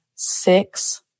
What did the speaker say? Six